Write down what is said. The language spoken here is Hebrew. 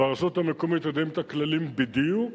ברשות המקומית יודעים את הכללים בדיוק,